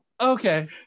okay